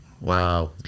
Wow